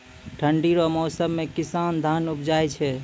ठंढी रो मौसम मे किसान धान उपजाय छै